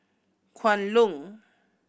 Kwan Loong